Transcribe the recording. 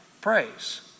praise